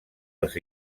els